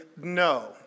no